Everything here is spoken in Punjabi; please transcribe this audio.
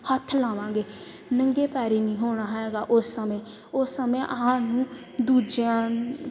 ਹੱਥ ਲਾਵਾਂਗੇ ਨੰਗੇ ਪੈਰੀਂ ਨਹੀਂ ਹੋਣਾ ਹੈਗਾ ਉਸ ਸਮੇਂ ਉਸ ਸਮੇਂ ਸਾਨੂੰ ਦੂਜਿਆਂ